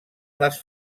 les